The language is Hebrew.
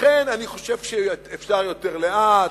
לכן אני חושב שאפשר יותר לאט,